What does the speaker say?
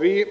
Vi